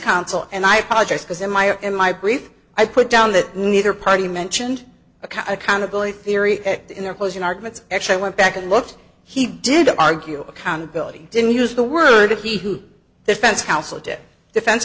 counsel and i apologize because in my in my brief i put down that neither party mentioned accountability theory in their closing arguments actually went back and looked he did argue accountability didn't use the word he who defense counsel to defense